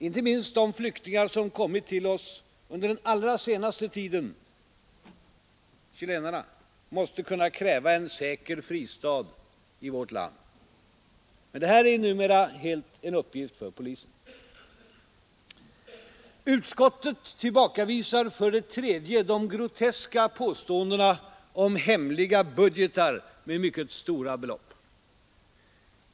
Inte minst de flyktingar som kommit till oss under den allra senaste tiden, chilenarna, måste kunna kräva en säker fristad i vårt land. Men detta är numera helt en uppgift för polisen. Utskottet tillbakavisar för det tredje de groteska påståendena om hemliga budgeter med mycket stora belopp.